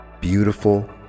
beautiful